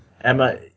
Emma